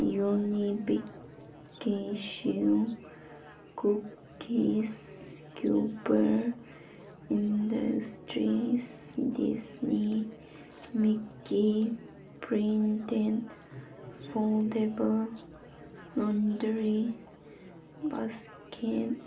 ꯌꯨꯅꯤꯕꯤꯛꯀꯤ ꯁꯤꯜ ꯀꯨꯀꯤꯁ ꯀꯤꯎꯕꯔ industries Disney Mickey printed foldable laundry basket